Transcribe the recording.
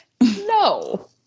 No